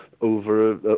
over